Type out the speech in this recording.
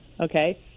okay